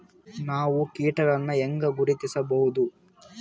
ನಾವು ಕೀಟಗಳನ್ನು ಹೆಂಗ ಗುರುತಿಸಬೋದರಿ?